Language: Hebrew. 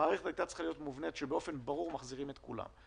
המערכת הייתה צריכה להחזיר באופן ברור את כולם.